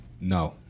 No